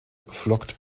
flockt